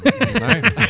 Nice